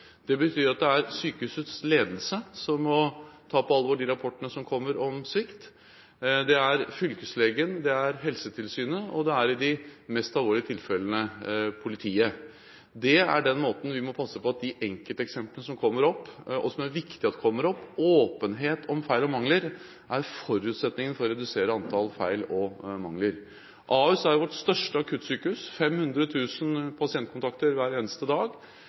Det betyr at det er sykehusets ledelse som må ta på alvor rapportene som kommer om svikt – og det er fylkeslegen, Helsetilsynet og i de mest alvorlige tilfellene politiet. Det er den måten vi må passe på at de enkelteksemplene som kommer opp, og som er viktig at kommer opp – åpenhet om feil og mangler – er forutsetningen for å redusere antall feil og mangler. Ahus er vårt største akuttsykehus med 500 000 pasientkontakter hvert eneste